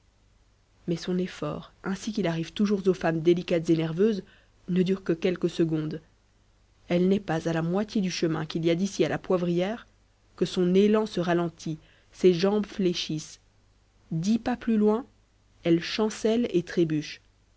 mais son effort ainsi qu'il arrive toujours aux femmes délicates et nerveuses ne dure que quelques secondes elle n'est pas à la moitié du chemin qu'il y a d'ici à la poivrière que son élan se ralentit ses jambes fléchissent dix pas plus loin elle chancelle et trébuche